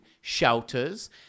shelters